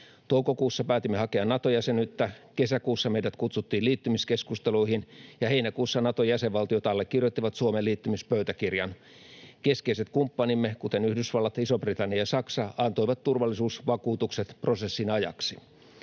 Toukokuussa päätimme hakea Naton jäsenyyttä, kesäkuussa meidät kutsuttiin liittymiskeskusteluihin, ja heinäkuussa Naton jäsenvaltiot allekirjoittivat Suomen liittymispöytäkirjan. Keskeiset kumppanimme, kuten Yhdysvallat, Iso-Britannia ja Saksa, antoivat turvallisuusvakuutukset prosessin ajaksi.